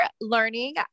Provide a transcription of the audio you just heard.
learning